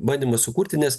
bandymas sukurti nes